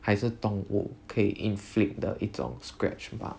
还是动物可以 inflict the 一种 long scratch bah